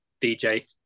DJ